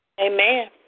Amen